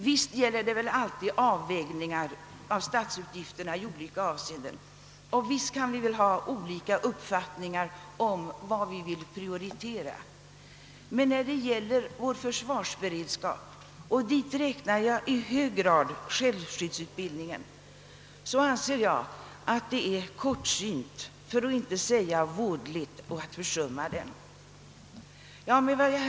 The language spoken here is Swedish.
Visst gäller det alltid avvägningar i olika avseenden av statsutgifterna och visst kan vi väl ha olika uppfattningar om vad vi vill prioritera, men när det gäller vår försvarsberedskap, och dit räknar jag i hög grad självskyddsutbildningen, anser jag att det är kortsynt, för att inte säga vådligt, att försumma den. Herr talman!